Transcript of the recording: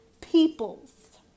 peoples